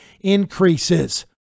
increases